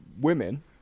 women